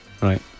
Right